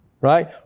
Right